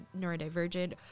neurodivergent